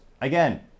again